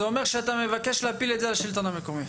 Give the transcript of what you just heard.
זה אומר שאתה מבקש להפיל את זה על השלטון המקומי.